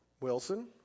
Wilson